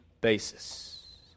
basis